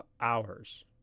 hours